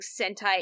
Sentai